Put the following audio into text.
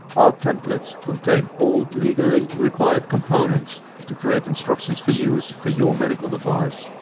our templates contain all legally required components to create instructions for use for your medical device.